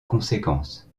conséquence